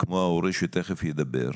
כמו ההורה שתיכף ידבר,